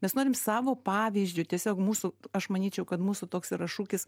mes norim savo pavyzdžiu tiesiog mūsų aš manyčiau kad mūsų toks yra šūkis